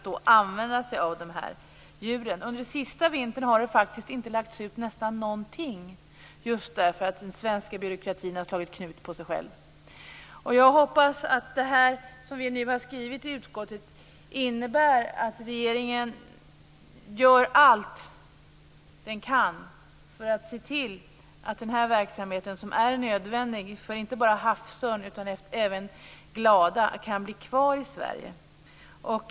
Under den senaste vintern har det nästan inte lagts ut något slaktavfall just därför att den svenska byråkratin har slagit knut på sig själv. Jag hoppas att utskottets skrivning innebär att regeringen gör allt den kan för att se till att denna verksamhet som är nödvändig, inte bara för havsörn utan även för glada, kan bli kvar i Sverige.